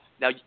Now